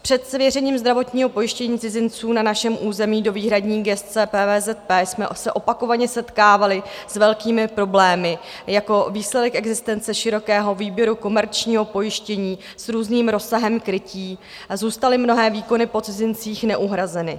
Před svěřením zdravotního pojištění cizinců na našem území do výhradní gesce PVZP jsme se opakovaně setkávali s velkými problémy jako výsledek existence širokého výběru komerčního pojištění s různým rozsahem krytí a zůstaly mnohé výkony po cizincích neuhrazeny.